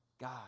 God